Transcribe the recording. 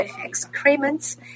excrements